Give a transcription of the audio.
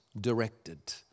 directed